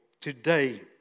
today